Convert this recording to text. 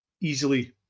easily